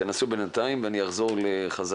שומע, תנסו להתקשר איתו ואני אפנה בחזרה